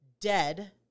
dead